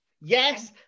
Yes